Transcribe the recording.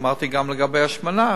אמרתי גם לגבי השמנה,